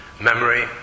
memory